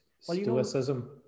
Stoicism